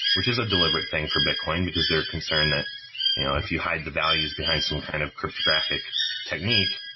which is a deliberate thing for bitcoin, because they're concerned that if you hide the values behind some kind of cryptographic technique,